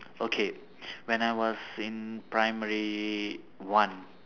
okay when I was in primary one